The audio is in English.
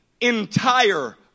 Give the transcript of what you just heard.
entire